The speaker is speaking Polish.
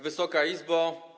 Wysoka Izbo!